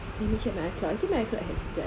let me check my icloud I think my icloud have jap eh